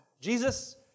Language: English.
Jesus